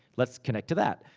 let's connect to that.